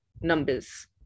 numbers